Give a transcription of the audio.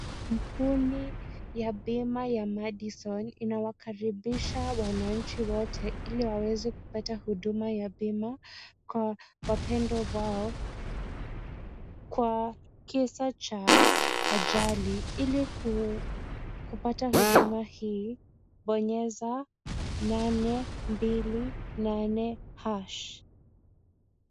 Kampuni ya bima ya Madison , inawakaribisha wananchi wote ili waweze kupata huduma ya bima kwa wapendwa wao, kwa kisa cha ajali ili kupata huduma hii bonyeza, nane mbili nane hash .